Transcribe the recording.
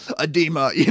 Edema